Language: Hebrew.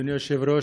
אדוני היושב-ראש,